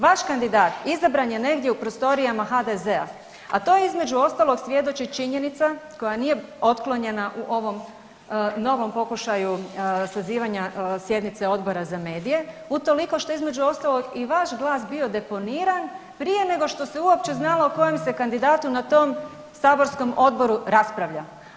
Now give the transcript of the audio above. Vaš kandidat izabran je negdje u prostorijama HDZ-a, a to između ostalog svjedoči činjenica koja nije otklonjena u ovom novom pokušaju sazivanja sjednice Odbora za medije utoliko što između ostalog i vaš glas bio deponiran prije nego što se uopće znalo o kojem se kandidatu na tom saborskom odboru raspravlja.